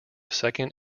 second